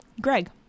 Greg